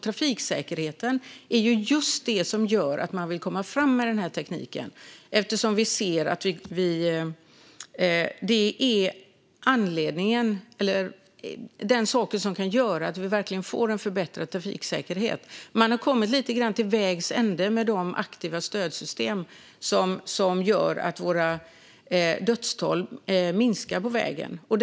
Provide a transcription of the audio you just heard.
Trafiksäkerheten är just det som gör att man vill komma fram med denna teknik, eftersom det är detta som kan göra att vi verkligen får en förbättrad trafiksäkerhet. Man har kommit lite grann till vägs ände med de aktiva stödsystem som gör att antalet dödsfall på våra vägar minskar.